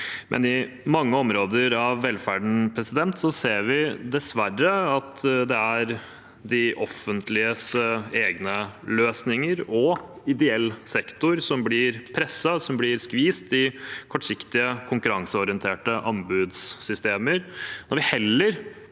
men i mange områder av velferden ser vi dessverre at det er de offentliges egne løsninger og ideell sektor som blir presset, som blir skvist, i kortsiktige, konkurranseorienterte anbudssystemer, når vi heller